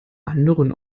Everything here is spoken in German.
anderen